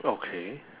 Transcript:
okay